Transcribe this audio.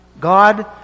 God